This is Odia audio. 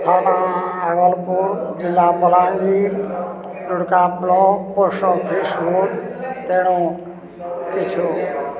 ଥାନା ଆଗଲପୁର ଜିଲ୍ଲା Bolangir Durga block post office ତେଣୁ